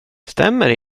stämmer